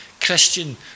Christian